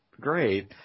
Great